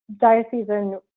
diocesan